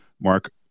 Mark